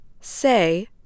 say